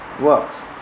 works